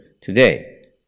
today